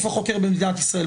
אתם הגוף החוקר במדינת ישראל,